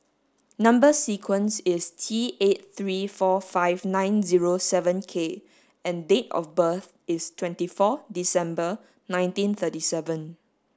number sequence is T eight three four five nine zero seven K and date of birth is twenty four December nineteen thirty seven